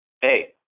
hey